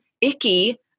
icky